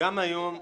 גם היום,